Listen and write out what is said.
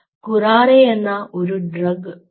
കുറാറെ എന്ന ഒരു ഡ്രഗ് ഉണ്ട്